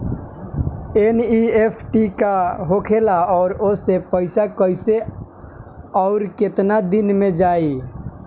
NEFT का होखेला और ओसे पैसा कैसे आउर केतना दिन मे जायी?